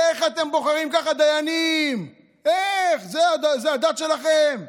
איך אתם בוחרים ככה דיינים, איך, זו הדת שלכם?